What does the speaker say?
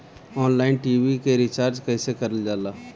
Online TV के recharge कईसे करल जाला?